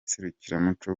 serukiramuco